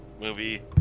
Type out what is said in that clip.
movie